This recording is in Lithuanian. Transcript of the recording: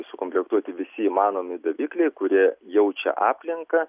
sukomplektuoti visi įmanomi davikliai kurie jaučia aplinką